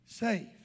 Save